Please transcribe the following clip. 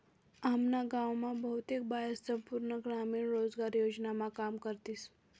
आम्ना गाव मा बहुतेक बाया संपूर्ण ग्रामीण रोजगार योजनामा काम करतीस